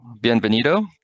Bienvenido